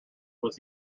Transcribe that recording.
was